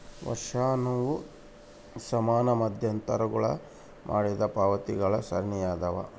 ವರ್ಷಾಶನವು ಸಮಾನ ಮಧ್ಯಂತರಗುಳಾಗ ಮಾಡಿದ ಪಾವತಿಗಳ ಸರಣಿಯಾಗ್ಯದ